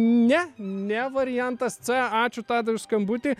ne ne variantas c ačiū tadai už skambutį